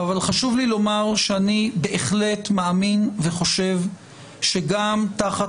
אבל חשוב לי לומר שאני בהחלט מאמין וחושב שגם תחת